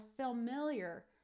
familiar